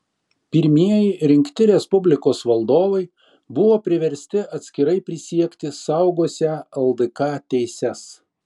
pirmieji rinkti respublikos valdovai buvo priversti atskirai prisiekti saugosią ldk teises